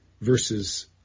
verses